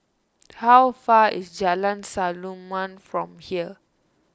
how far away is Jalan Samulun from here